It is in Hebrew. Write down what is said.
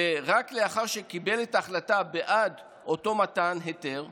ורק לאחר שהתקבלה החלטה בעד אותו מתן היתר,